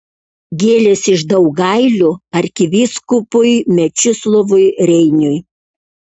gėlės iš daugailių arkivyskupui mečislovui reiniui